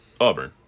Auburn